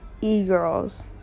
e-girls